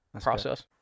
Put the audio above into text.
process